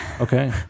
okay